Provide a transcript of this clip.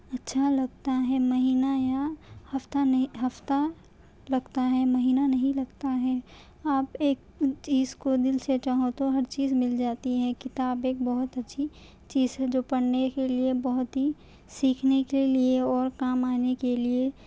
اچھا لگتا ہے مہینہ یا ہفتہ نہیں ہفتہ لگتا ہے مہینہ نہیں لگتا ہے آپ ایک چیز کو دل سے چاہو تو ہر چیز مل جاتی ہے کتاب ایک بہت اچھی چیز ہے جو پڑھنے کے لئے بہت ہی سیکھنے کے لئے اور کام آنے کے لئے